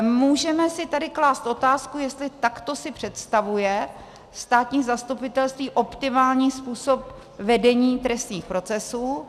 Můžeme si tady klást otázku, jestli takto si představuje státní zastupitelství optimální způsob vedení trestních procesů.